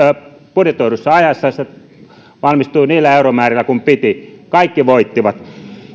budjetoidussa ajassa ja se valmistui niillä euromäärillä kuin piti kaikki voittivat